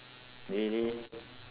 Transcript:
really